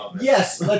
Yes